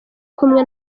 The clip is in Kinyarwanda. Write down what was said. kumwe